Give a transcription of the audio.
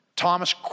Thomas